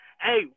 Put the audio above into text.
Hey